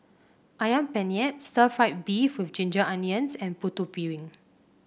ayam Penyet Stir Fried Beef with Ginger Onions and Putu Piring